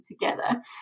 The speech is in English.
together